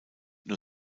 nur